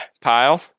pile